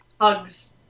Hugs